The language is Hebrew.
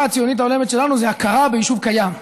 הציונית ההולמת שלנו זה הכרה ביישוב קיים.